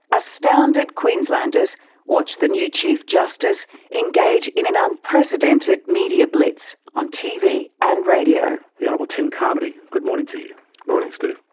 astounded queenslanders watched the new chief justice engage in an ah unprecedented media blitz on tv and radio. the honourable tim carmody, good morning to you. good morning steve.